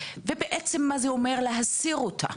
ומה זה אומר להסיר אותה?